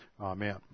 Amen